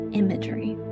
imagery